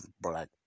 black